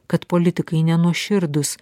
kad politikai nenuoširdūs